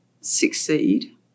succeed